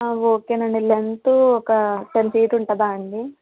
ఓకేనండి లెంత్ ఒక ten feet ఉంటుందా అండి